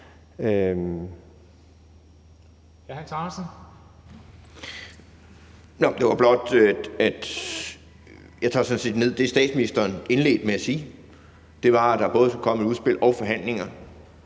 set det ned, som statsministeren indledte med at sige, nemlig at der både skal komme et udspil og forhandlinger